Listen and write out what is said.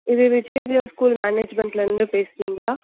இது வித்யா விகாஸ் ஸ்கூல் மேனேஜ்மெண்ட்டில் இருந்து பேசுறீங்களா